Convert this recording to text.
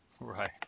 Right